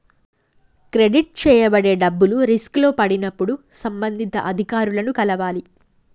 credit చేయబడే డబ్బులు రిస్కులో పడినప్పుడు సంబంధిత అధికారులను కలవాలి